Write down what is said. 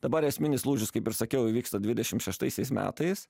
dabar esminis lūžis kaip ir sakiau įvyksta dvidešim šeštaisiais metais